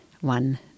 one